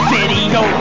Video